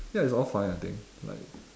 ya it's all fine I think like